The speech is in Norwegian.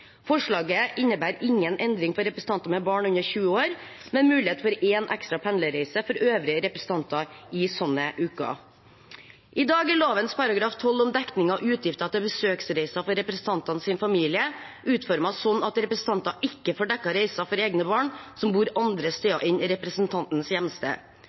Forslaget innebærer ingen endring for representanter med barn under 20 år, men mulighet for én ekstra pendlerreise for øvrige representanter i sånne uker. I dag er lovens § 12, om dekning av utgifter til besøksreiser for representantenes familie, utformet sånn at representanter ikke får dekket reiser for egne barn som bor andre steder enn representantens hjemsted.